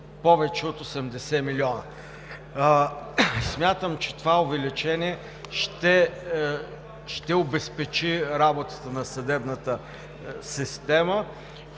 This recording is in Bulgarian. повече от 80 милиона. Смятам, че това увеличение ще обезпечи работата на съдебната система,